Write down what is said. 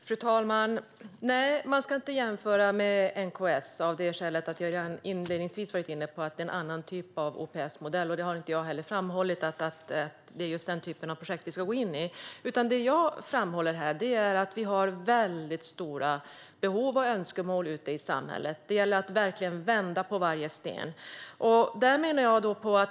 Fru talman! Nej, man ska inte jämföra med NKS av det skäl som jag redan inledningsvis var inne på: Det är en annan typ av OPS-modell. Jag har inte heller framhållit att det är just den typen av projekt vi ska gå in i. Det jag framhåller här är i stället att vi har stora behov och önskemål ute i samhället. Det gäller att verkligen vända på varje sten.